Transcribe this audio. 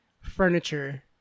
furniture